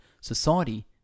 society